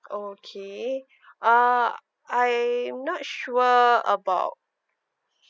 okay uh I'm not sure about